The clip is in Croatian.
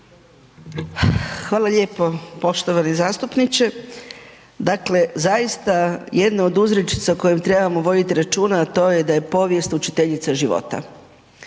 Hvala lijepo. Poštovani zastupniče, dakle zaista jedna od uzrečica o kojem trebamo računa, a to je da je povijest učiteljica života.